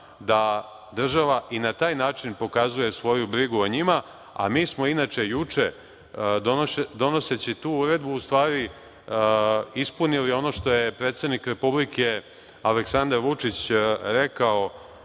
da država i na taj način pokazuje svoju brigu o njima, a mi smo inače juče donoseći tu uredbu u stvari ispunili ono što je predsednik Republike Aleksandar Vučić rekao